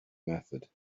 method